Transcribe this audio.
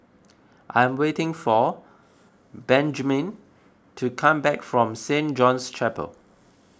I'm waiting for Benjman to come back from Saint John's Chapel